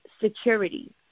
security